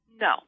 No